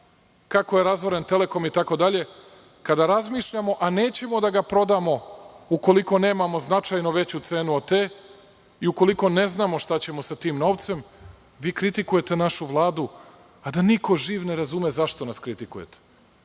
kako je razoren Telekom itd, kada razmišljamo, a nećemo da ga prodamo ukoliko nemamo značajno veću cenu od te i ukoliko ne znamo šta ćemo sa tim novcem, vi kritikujete našu Vladu, a da niko živ ne razume zašto nas kritikujete.